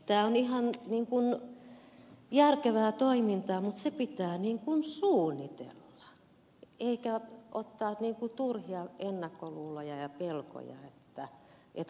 tämä on ihan järkevää toimintaa mutta se pitää suunnitella eikä ottaa turhia ennakkoluuloja ja pelkoja että kaikki menee mönkään